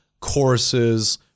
courses